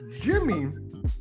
Jimmy